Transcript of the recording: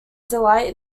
delight